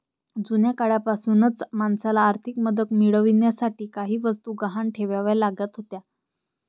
जुन्या काळापासूनच माणसाला आर्थिक मदत मिळवण्यासाठी काही वस्तू गहाण ठेवाव्या लागत होत्या